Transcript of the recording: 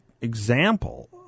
example